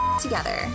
together